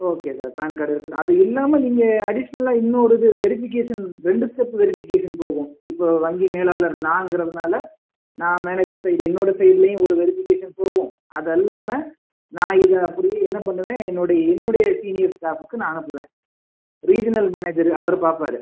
okay sir PAN card இருக்குது அது இல்லாமல் நீங்கள் அடிஷ்னலாக இன்னோரு இது வெரிஃபிகேஷன் ரெண்டு ஸ்டெப் வெரிஃபிகேஷன் போகும் இப்போது வங்கி மேலாளர் நான்குறதுனால நான் மேனேஜர் சைடு என்னோடய சைடுலையும் ஒரு வெரிஃபிகேஷன் போகும் அது அல்லாமல் நான் இதை அப்படியே என்ன பண்ணுவேன் என்னோடய என்னுடைய சீனியர் ஸ்டாஃப்புக்கு நான் அனுப்புவேன் ரீஜினல் மேனேஜர் அவர் பார்ப்பாரு